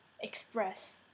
express